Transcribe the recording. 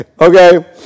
Okay